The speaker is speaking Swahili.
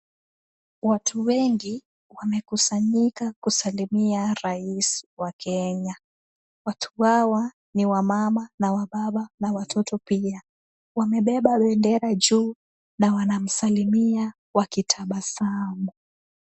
Watu wengi wamekusanyika kusalimia rais wa Kenya. Watu wawa ni wamama na wababa na watoto pia. Wamebeba bendera juu, na wanamsalimia wakitabasamu.